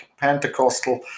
Pentecostal